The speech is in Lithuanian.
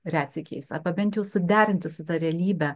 retsykiais arba bent jau suderinti su ta realybe